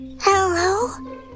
Hello